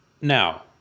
Now